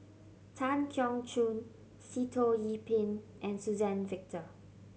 Tan Keong Choon Sitoh Yih Pin and Suzann Victor